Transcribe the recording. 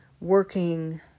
working